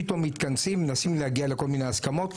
פתאום מתכנסים ומנסים להגיע לכל מיני הסכמות.